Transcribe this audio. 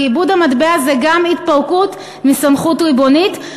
כי איבוד המטבע זה גם התפרקות מסמכות ריבונות,